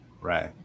Right